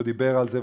והוא דיבר על זה,